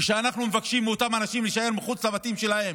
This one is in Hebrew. כשאנחנו מבקשים מאותם אנשים להישאר מחוץ לבתים שלהם,